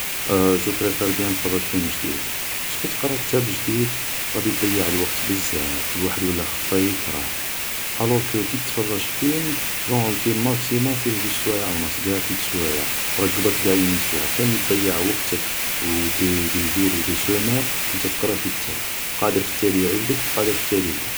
جو بريفار بيان نتفرج فيلم جديد ، بارسكو تقرا كتاب جديد غادي ضيع الوقت بزاف ، و و الواحد ولا خفا يكره ، الور كي تتفرج فيلم جونغ الفيلم ماكسيموم فيه زوج سوايع و نص ، قاع تلت سوايع ، و راك قبضت قاع اون ايستوار ، خير ملي ضيع وقتك و دي دي جور اي دي سومان و نتا تقرا في كتاب ، قادر في التالي يعجبك و قادر في التالي لا